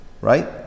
Right